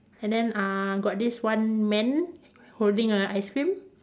and then uh got this one man holding a ice cream